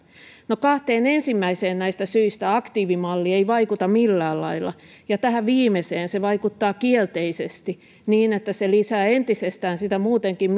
no kahteen ensimmäiseen näistä syistä aktiivimalli ei vaikuta millään lailla ja tähän viimeiseen se vaikuttaa kielteisesti niin että se lisää entisestään sitä muutenkin